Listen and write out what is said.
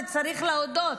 צריך להודות,